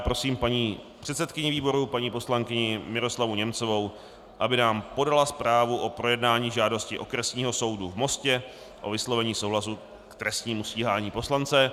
Prosím paní předsedkyni výboru, paní poslankyni Miroslavu Němcovou, aby nám podala zprávu o projednání žádosti Okresního soudu v Mostě o vyslovení souhlasu k trestnímu stíhání poslance.